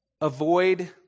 avoid